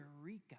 Eureka